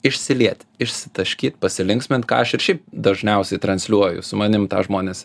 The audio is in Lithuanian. išsiliet išsitaškyt pasilinksmint ką aš ir šiaip dažniausiai transliuoju su manim tą žmonės